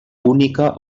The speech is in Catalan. única